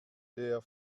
der